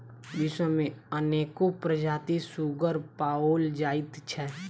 विश्व मे अनेको प्रजातिक सुग्गर पाओल जाइत छै